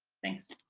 thanks.